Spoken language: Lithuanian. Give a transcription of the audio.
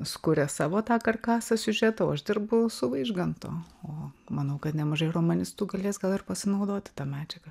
sukurė savo tą karkasą siužeto o aš dirbu su vaižganto o manau kad nemažai romanistų galės gal ir pasinaudoti ta medžiaga